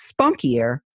spunkier